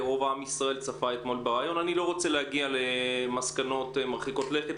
כשחברי כנסת או אישי ציבור מגיעים לאולפן טלוויזיה,